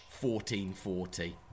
1440